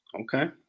Okay